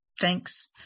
thanks